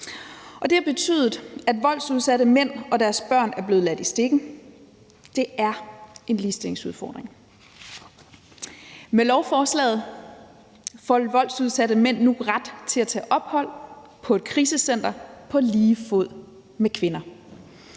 det har betydet, at voldsudsatte mænd og deres børn er blevet ladt i stikken. Det er en ligestillingsudfordring. Med lovforslaget får voldsudsatte mænd nu ret til at tage ophold på et krisecenter på lige fod med kvinder.